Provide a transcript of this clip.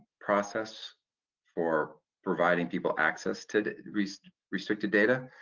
process for providing people access to restricted data.